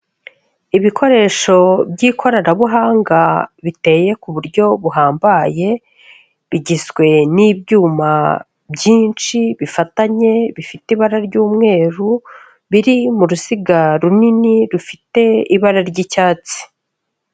Ibikoresho by'ikoranabuhanga biteye ku buryo buhambaye, bigizwe n'ibyuma byinshi bifatanye bifite ibara ry'umweru, biri mu ruziga runini rufite ibara ry'icyatsi.